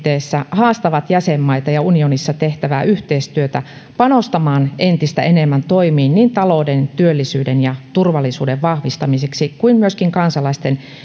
muutokset kansalaismielipiteissä haastavat jäsenmaita ja unionissa tehtävää yhteistyötä panostamaan entistä enemmän niin toimiin talouden työllisyyden ja turvallisuuden vahvistamiseksi kuin myöskin kansalaisten